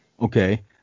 Okay